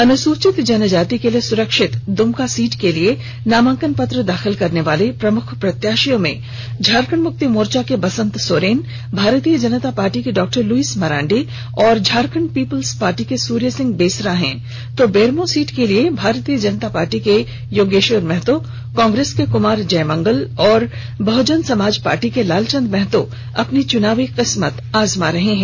अनुसूचित जनजाति के लिए सुरक्षित दुमका सीट के लिए नामांकन पत्र दाखिल करने वाले प्रमुख प्रत्याशियों में झारखंड मुक्ति मोर्चा के बसंत सोरेन भारतीय जनता पार्टी की डॉ लुईस मरांडी और झारखंड पीपुल्स पार्टी के सूर्य सिंह बेसरा हैं तो बेरमो सीट के लिए भारतीय जनता पार्टी के योगेश्वर महतो कांग्रेस के कुमार जयमंगल और बहुजन समाज पार्टी के लालचंद महतो अपनी चुनावी किस्मत आजमा रहे हैं